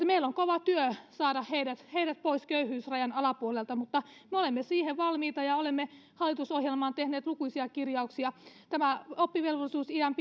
meillä on kova työ saada heidät heidät pois köyhyysrajan alapuolelta mutta me olemme siihen valmiita ja olemme tehneet hallitusohjelmaan lukuisia kirjauksia tämä oppivelvollisuusiän